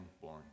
born